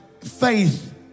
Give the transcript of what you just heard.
faith